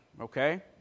okay